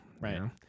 Right